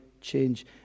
change